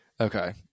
Okay